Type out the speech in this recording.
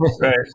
Right